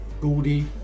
gaudy